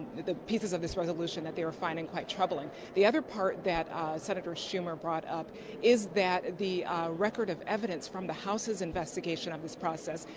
the pieces of this resolution that they are finding quite troubling. the other part that senator schumer brought up is that the record of evidence from the houses investigation of this process,